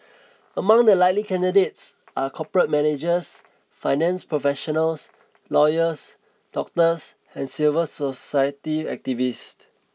among the likely candidates are corporate managers finance professionals lawyers doctors and civil society activists